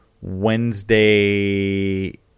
Wednesday